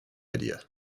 idea